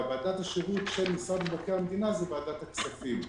ועדת השירות של משרד מבקר המדינה זאת ועדת הכספים.